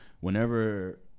Whenever